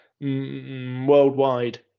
worldwide